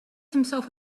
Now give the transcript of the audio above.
himself